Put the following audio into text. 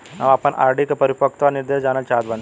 हम आपन आर.डी के परिपक्वता निर्देश जानल चाहत बानी